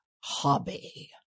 hobby